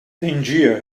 tangier